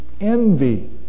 envy